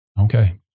Okay